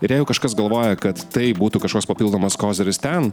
ir jeigu kažkas galvoja kad tai būtų kažkoks papildomas koziris ten